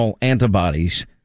antibodies